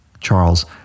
Charles